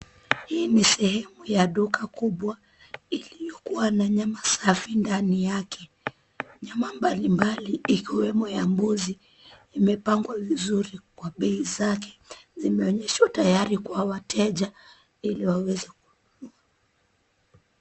Hii ni sehemu ya duka kubwa iliyokuwa na nyama safi ndani yake. Nyama mbali mbali ikiwemo ya mbuzi, imepangwa vizuri kwa bei zake. Zimeonyeshwa tayari kwa wateja, ili waweze kununua.